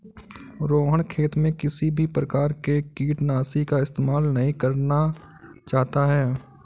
रोहण खेत में किसी भी प्रकार के कीटनाशी का इस्तेमाल नहीं करना चाहता है